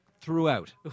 Throughout